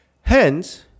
Hence